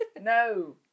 No